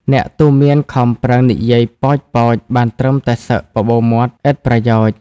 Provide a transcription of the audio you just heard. អ្នកទូន្មានខំប្រឹងនិយាយប៉ោចៗបានត្រឹមតែសឹកបបូរមាត់ឥតប្រយោជន៍។